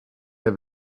der